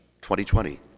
2020